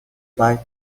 pai